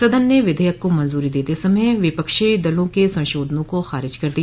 सदन ने विधेयक को मंजूरी देते समय विपक्षी दलों के संशोधनों को खारिज कर दिया